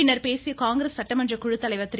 பின்னர் பேசிய காங்கிரஸ் சட்டமன்ற குழுத்தலைவர் திரு